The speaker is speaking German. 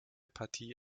partie